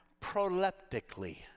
proleptically